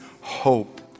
hope